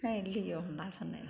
है लियौ हमरासँ नहि